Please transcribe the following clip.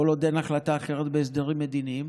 כל עוד אין החלטה אחרת בהסדרים מדיניים.